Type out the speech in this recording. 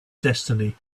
destiny